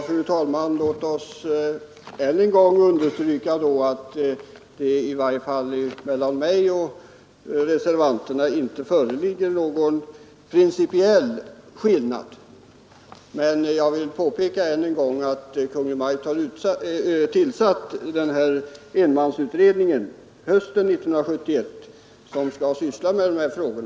Fru talman! Låt oss då än en gång understryka att det i varje fall inte mellan mig och reservanterna föreligger någon principiell skillnad. Men jag vill åter påpeka att Kungl. Maj:t hösten 1971 tillsatte en enmansutredning som skall syssla med dessa frågor.